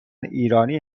ایرانی